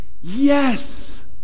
yes